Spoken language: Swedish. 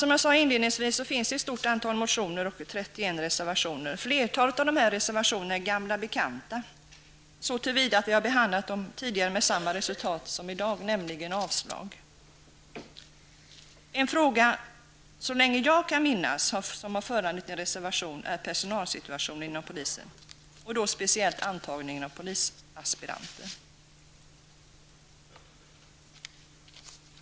Som jag sade inledningsvis föreligger ett stort antal motioner och 31 reservationer. Flertalet av reservationerna är ''gamla bekanta'', så till vida att vi har behandlat dem tidigare med samma resultat som i dag, nämligen avstyrkan. En fråga som -- så länge jag kan minnas -- har föranlett en reservation är personalsituationen inom polisen, och då speciellt antagningen av polisaspiranter.